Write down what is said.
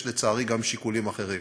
יש, לצערי, גם שיקולים אחרים.